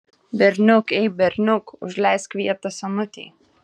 berniuk ei berniuk užleisk vietą senutei